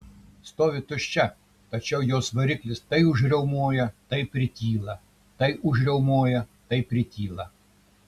stovi tuščia tačiau jos variklis tai užriaumoja tai prityla tai užriaumoja tai prityla